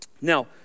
Now